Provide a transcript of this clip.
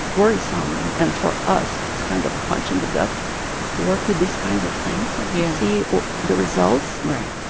worrisome. and and for us, it's kind of a punch in the gut to work with these kinds of things and. yeah. to see the results right.